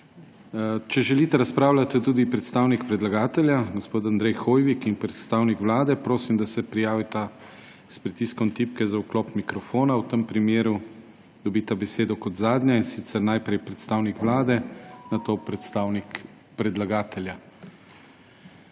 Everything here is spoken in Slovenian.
Če želita razpravljati tudi predstavnik predlagatelja gospod Andrej Hoivik in predstavnik Vlade, prosim, da se prijavita s pritiskom tipke za vklop mikrofona. V tem primeru dobita besedo kot zadnja, in sicer najprej predstavnik Vlade, nato predstavnik predlagatelja.